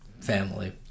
family